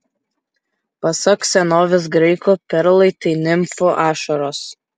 pasak senovės graikų perlai tai nimfų ašaros